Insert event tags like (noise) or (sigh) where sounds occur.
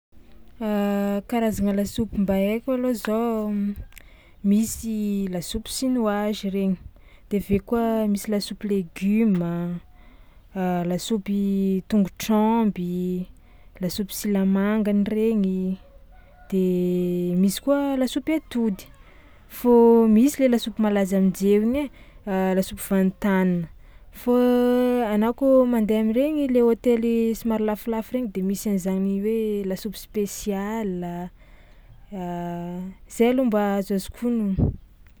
(hesitation) Karazagna lasopy mba haiko alôha zao: misy lasopy chinoise regny de avy eo koa misy lasopy legioma, (hesitation) lasopy tongotr'ômby, lasopy silamangany regny de misy koa lasopy atody fô misy le lasopy malaza amin-jeo igny ai (hesitation) lasopy van-tan fa anà kôa mandeha am'regny le hôtely somary lafolafo regny de misy an'zany hoe lasopy spesiala (hesitation) zay aloha mba azoazoko onona.